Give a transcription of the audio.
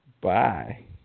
Bye